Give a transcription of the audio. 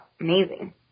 Amazing